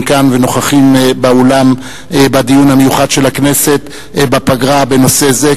כאן ונוכחים באולם בדיון המיוחד של הכנסת בפגרה בנושא זה,